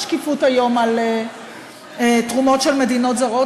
יש שקיפות היום על תרומות של מדינות זרות,